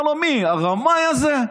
אומר לו: מי, הרמאי הזה?